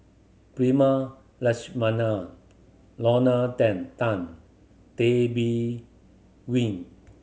Prema Letchumanan Lorna Tan Tay Bin Wee